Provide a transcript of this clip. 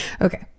Okay